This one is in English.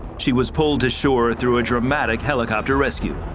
she was pulled to shore through a dramatic helicopter rescue.